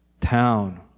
town